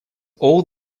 all